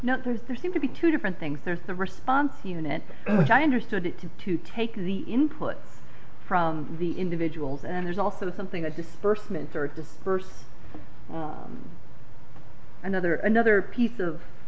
know there's there seem to be two different things there's the response unit which i understood it to to take the input from the individuals and there's also something a disbursements or dispersed another another piece of